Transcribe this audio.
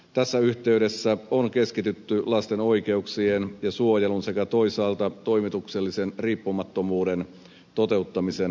tässä yhteydessä on keskitytty lasten oikeuksien ja suojelun sekä toisaalta toimituksellisen riippumattomuuden toteuttamisen arviointiin